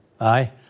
Aye